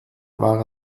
war